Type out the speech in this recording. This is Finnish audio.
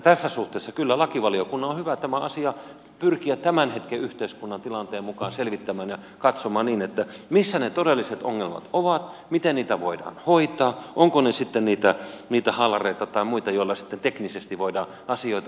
tässä suhteessa kyllä lakivaliokunnan on hyvä tämä asia pyrkiä tämän hetken yhteiskunnan tilanteen mukaan selvittämään ja katsomaan niin että missä ne todelliset ongelmat ovat miten niitä voidaan hoitaa ovatko ne sitten niitä haalareita tai muita joilla teknisesti voidaan asioita hoitaa